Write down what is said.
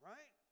Right